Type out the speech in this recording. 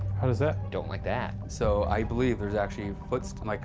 how does that don't like that. so, i believe there's actually footsteps, like